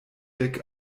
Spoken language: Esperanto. dek